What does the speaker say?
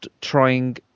trying